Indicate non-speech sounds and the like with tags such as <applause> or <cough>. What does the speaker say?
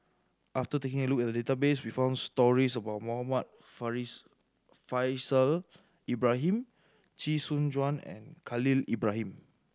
after taking a look at the database we found stories about Muhammad <unintelligible> Faishal Ibrahim Chee Soon Juan and Khalil Ibrahim